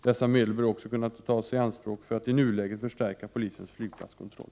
Dessa medel bör också kunna tas i anspråk för att i nuläget förstärka polisens flygplatskontroll.